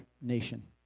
nation